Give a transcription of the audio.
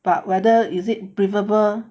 but whether is it breathable